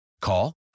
Call